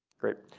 great.